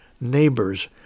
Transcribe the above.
neighbors